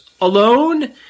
alone